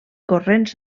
corrents